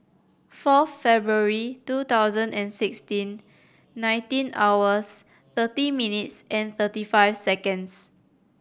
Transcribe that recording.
four February two thousand and sixteen nineteen hours thirty minutes and thirty five seconds